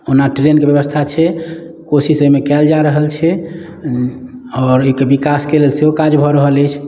ओना ट्रेन के व्यवस्था छै कोशिश एहिमे कयल जा रहल छै आओर एहिके विकास के लेल सेहो काज भऽ रहल अछि